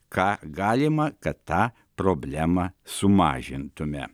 ką galima kad tą problemą sumažintume